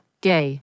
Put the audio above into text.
gay